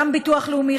גם ביטוח לאומי,